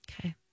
Okay